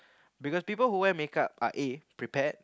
because people who wear makeup are A prepared